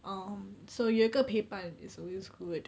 um so 有一个陪伴 is always good